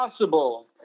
possible